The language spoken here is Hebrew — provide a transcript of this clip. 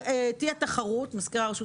תהיה תחרות בלתי מוגבלת אני מזכירה שהרשות